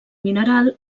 mineral